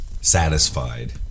satisfied